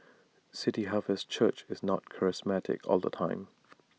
city harvest church is not charismatic all the time